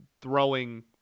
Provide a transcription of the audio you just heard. throwing